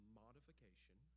modification